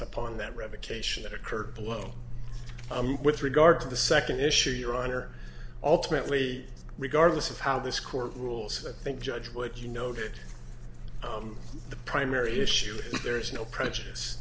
upon that revocation that occurred below with regard to the second issue your honor ultimately regardless of how this court rules i think judge would you know that the primary issue if there is no prejudice